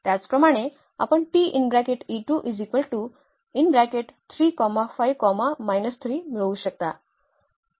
त्याचप्रमाणे आपण मिळवू शकता